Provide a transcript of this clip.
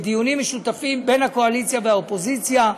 בדיונים משותפים בין הקואליציה והאופוזיציה,